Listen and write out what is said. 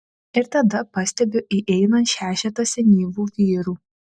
ir tada pastebiu įeinant šešetą senyvų vyrų